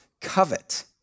covet